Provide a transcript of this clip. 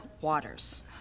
Waters